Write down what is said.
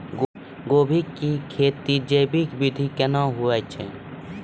गोभी की खेती जैविक विधि केना हुए छ?